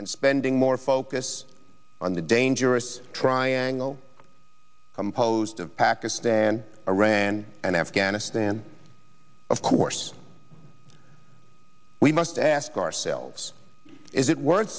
and spending more focus on the dangerous triangle composed of pakistan iran and afghanistan of course we must ask ourselves is it wor